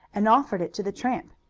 and offered it to the tramp.